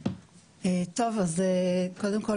טוב, אז קודם כל